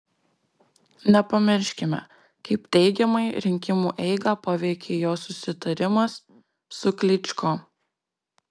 nepamirškime kaip teigiamai rinkimų eigą paveikė jo susitarimas su klyčko